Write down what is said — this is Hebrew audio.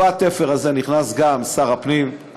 בתפר הזה נכנס גם שר הפנים,